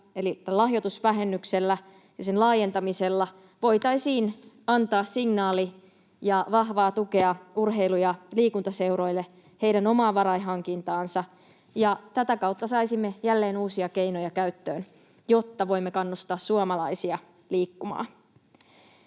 eli lahjoitusvähennyksellä ja sen laajentamisella voitaisiin antaa signaali ja vahvaa tukea urheilu‑ ja liikuntaseuroille heidän omaan varainhankintaansa, ja tätä kautta saisimme jälleen uusia keinoja käyttöön, jotta voimme kannustaa suomalaisia liikkumaan.